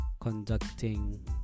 conducting